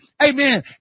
amen